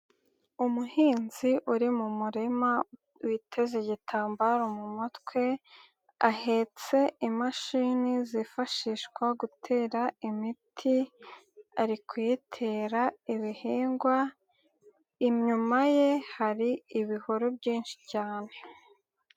Umuhinzi uri mu murima witeze igitambaro mu mutwe ahetse imashini zifashishwa gutera imiti ari kuyitera ibihingwa, inyuma ye hari ibihuru byinshi cyane.